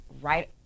right